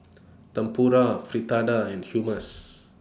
Tempura Fritada and Hummus